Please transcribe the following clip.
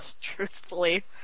Truthfully